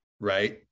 right